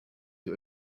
die